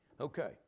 Okay